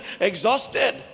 exhausted